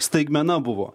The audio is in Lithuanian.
staigmena buvo